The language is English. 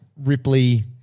Ripley